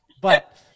but-